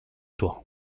toi